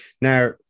Now